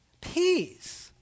peace